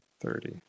thirty